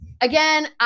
again